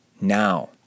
now